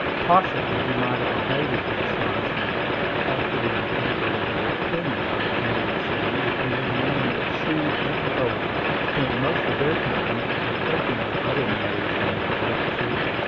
possibly he might have abated his astonishment at this partially unfavorable opinion of his native city if he had known that she and owen spent most of their time in thinking of other matters than an old city.